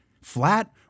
Flat